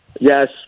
yes